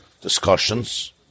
discussions